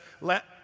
let